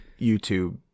YouTube